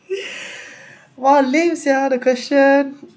!wah! limps yeah the question